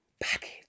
Package